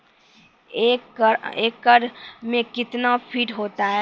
एक एकड मे कितना फीट होता हैं?